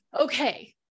okay